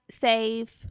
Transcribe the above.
save